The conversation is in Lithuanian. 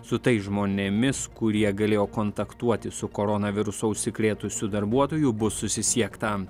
su tais žmonėmis kurie galėjo kontaktuoti su koronavirusu užsikrėtusiu darbuotoju bus susisiekta